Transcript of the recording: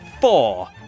four